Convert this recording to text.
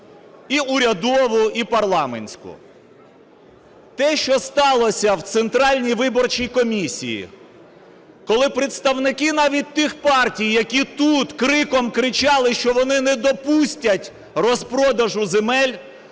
і урядову, і парламентську. Те, що сталося в Центральній виборчій комісії, коли представники навіть тих партій, які тут криком кричали, що вони не допустять розпродажу земель,